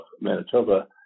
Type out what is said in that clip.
Manitoba